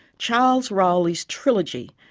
charles rowley's trilogy,